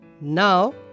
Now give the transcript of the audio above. Now